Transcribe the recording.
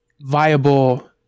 viable